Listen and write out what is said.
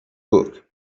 book